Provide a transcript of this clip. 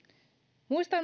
muistan